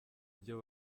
byo